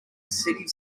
city